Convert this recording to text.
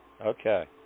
Okay